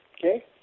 okay